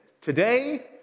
Today